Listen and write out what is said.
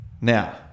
Now